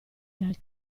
dal